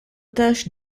tâche